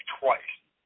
twice